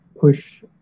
push